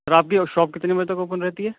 آپ کی شاپ کتنے بجے تک اوپن رہتی ہے